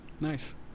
Nice